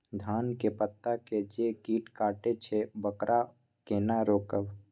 धान के पत्ता के जे कीट कटे छे वकरा केना रोकबे?